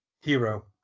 Hero